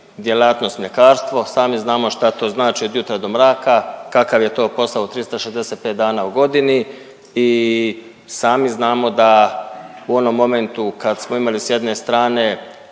djelatnost mljekarstvo, sami znamo šta to znači od jutra do mraka, kakav je to posao od 365 dana u godini i samo znamo da u onom momentu kad smo imali s jedne strane